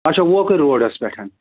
اچھا ووکٕرۍ روڈَس پٮ۪ٹھ